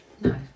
No